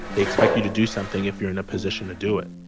they expect you to do something if you're in a position to do it